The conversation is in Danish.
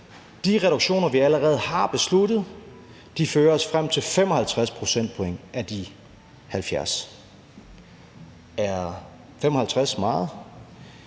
De reduktioner, vi allerede har besluttet, fører os frem til 55 procentpoint af de 70. Er 55 meget?